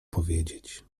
powiedzieć